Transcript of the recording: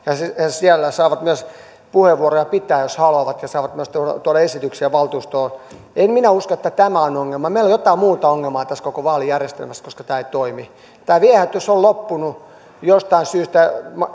siellä he saavat myös puheenvuoroja pitää jos haluavat ja saavat myös tuoda esityksiä valtuustoon en minä usko että tämä on ongelma meillä on jotain muuta ongelmaa tässä koko vaalijärjestelmässä koska tämä ei toimi tämä viehätys on loppunut jostain syystä en